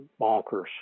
bonkers